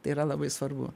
tai yra labai svarbu